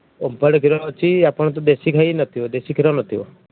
ଓମ୍ଫେଡ଼୍ କ୍ଷୀର ଅଛି ଆପଣଙ୍କର ଦେଶୀ ଗାଇ ନ ଥିବ ଦେଶୀ କ୍ଷୀର ନ ଥିବ